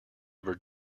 ever